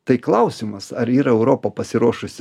tai klausimas ar yra europa pasiruošusi